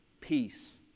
peace